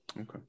Okay